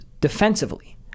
defensively